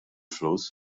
flus